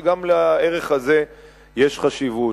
וגם לערך הזה יש חשיבות.